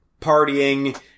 partying